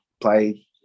play